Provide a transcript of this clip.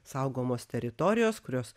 saugomos teritorijos kurios